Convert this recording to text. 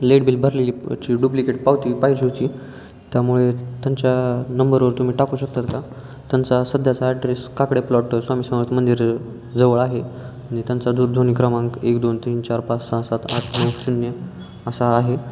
late bill भरलेलीची duplicate पावती पाहिजे होती त्यामुळे त्यांच्या नंबरवर तुम्ही टाकू शकता का त्यांचा सध्याचा ॲड्रेस काकडे प्लॉट स्वामी समर्थ मंदिर जवळ आहे आणि त्यांचा दूरध्वनी क्रमांक एक दोन तीन चार पाच सहा सात आठ नऊ शून्य असा आहे